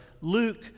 Luke